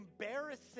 embarrassing